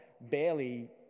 barely